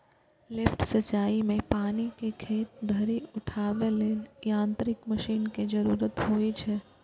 lift सिंचाइ मे पानि कें खेत धरि उठाबै लेल यांत्रिक मशीन के जरूरत होइ छै